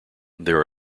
there